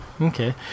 okay